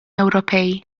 ewropej